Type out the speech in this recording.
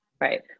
right